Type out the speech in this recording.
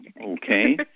Okay